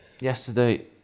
Yesterday